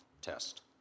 test